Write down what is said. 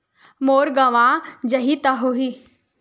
मोर गंवा जाहि का होही?